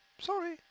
Sorry